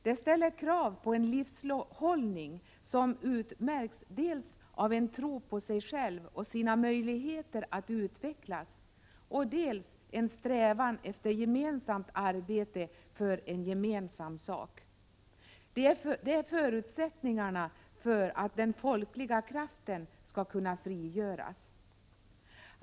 Detta ställer krav på en livshållning som utmärks dels av en tro på sig själv och sina möjligheter att utvecklas, dels av en strävan efter gemensamt arbete för en gemensam sak. Detta är också förutsättningarna för att den folkliga kraften skall kunna frigöras.